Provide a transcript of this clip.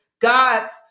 God's